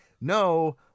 no